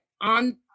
on